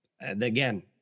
again